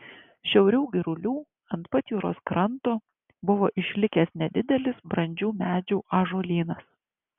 šiauriau girulių ant pat jūros kranto buvo išlikęs nedidelis brandžių medžių ąžuolynas